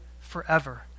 forever